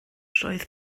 roedd